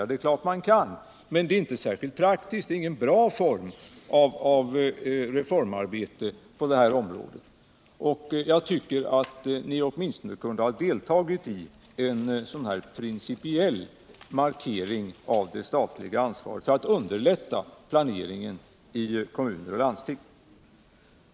Ja, det är klart att man kan, men inte är det särskilt praktiskt och det är ingen bra form av reformarbete på detta område. Jag tycker att ni åtminstone kunde ha deltagit i en principiell markering av det statliga ansvaret för att underlätta planeringen i kommuner och landsting.